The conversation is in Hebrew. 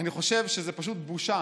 אני חושב שזה פשוט בושה,